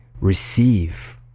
receive